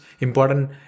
important